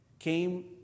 came